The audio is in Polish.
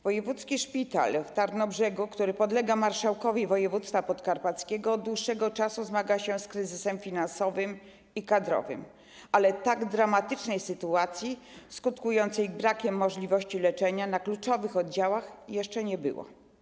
Wojewódzki Szpital w Tarnobrzegu, który podlega marszałkowi województwa podkarpackiego, od dłuższego czasu zmaga się z kryzysem finansowym i kadrowym, ale tak dramatycznej sytuacji, skutkującej brakiem możliwości leczenia na kluczowych oddziałach, jeszcze nie było.